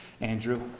Andrew